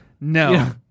No